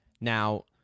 Now